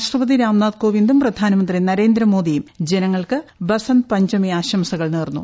രാഷ്ട്രപതി രാംനാഥ് കോവിന്ദും പ്രധാനമന്ത്രി നരേന്ദ്രമോദിയും ജനങ്ങൾക്ക് ബസന്ത്പഞ്ചമി ആശംസകൾ നേർന്നു